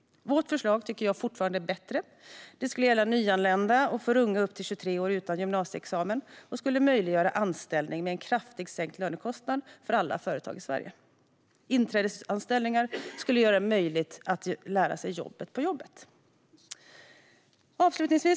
Vårt förslag är fortfarande bättre. Det skulle gälla nyanlända samt unga upp till 23 år utan gymnasieexamen och skulle möjliggöra anställning med en kraftigt sänkt lönekostnad för alla företag i Sverige. Inträdesanställning skulle göra det möjligt att lära sig jobbet på jobbet. Herr talman!